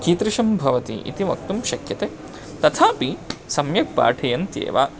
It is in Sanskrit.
कीदृशं भवति इति वक्तुं शक्यते तथापि सम्यक् पाठयन्त्येव